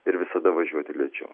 ir visada važiuoti lėčiau